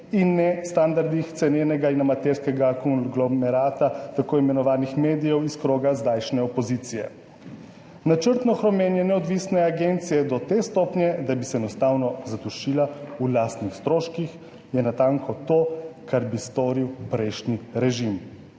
in ne standardih cenenega in amaterskega konglomerata tako imenovanih medijev iz kroga zdajšnje opozicije. Načrtno hromenje neodvisne agencije do te stopnje, da bi se enostavno zadušila v lastnih stroških, je natanko to, kar bi storil prejšnji režim,